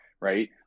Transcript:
right